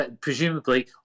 presumably